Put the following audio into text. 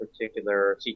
particular